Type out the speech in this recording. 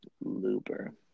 Looper